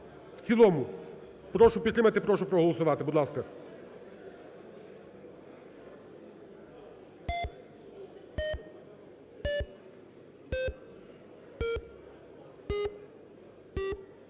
в цілому. Прошу підтримати, прошу проголосувати, будь ласка.